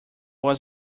was